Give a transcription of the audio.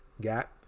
Got